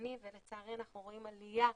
אובדני ולצערי אנחנו רואים עליה,